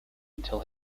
until